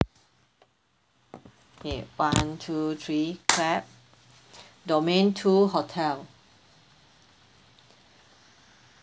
okay one two three clap domain two hotel